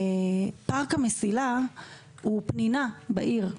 ופארק המסילה הוא פנינה בעיר,